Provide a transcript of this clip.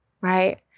right